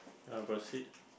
you want proceed